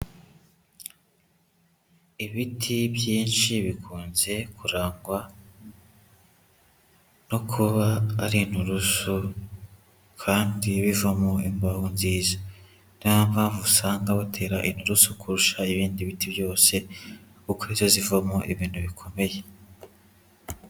Ibiti byinshi bikunze kurangwa no kuba ari inturusu kandi bivamo imbaho nziza. Ari na yo mpamvu usanga batera inturusu kurusha ibindi biti byose kuko zo zivamo ibintu bikomeye.